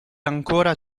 ancora